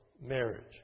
marriage